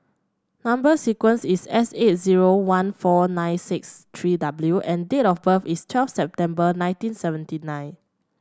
number sequence is S eight zero one four nine six three W and date of birth is twelve September nineteen seventy nine